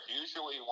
Usually